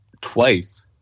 twice